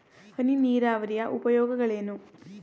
ಹನಿ ನೀರಾವರಿಯ ಉಪಯೋಗಗಳೇನು?